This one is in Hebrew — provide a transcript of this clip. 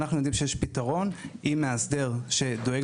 אנחנו יודעים שיש פתרון עם מאסדר שדואג